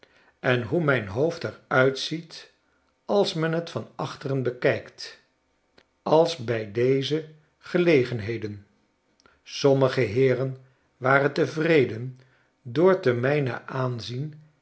en hoe mijn hoofd eruitzietalsmen t van achteren bekijkt als bij deze gelegenheden sommige heeren waren tevreden door te mijnen aanzien